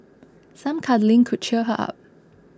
some cuddling could cheer her up